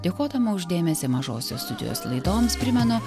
dėkodama už dėmesį mažosios studijos laidoms primenu